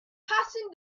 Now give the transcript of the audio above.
passing